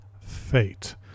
Fate